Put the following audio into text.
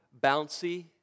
bouncy